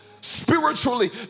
spiritually